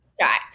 Right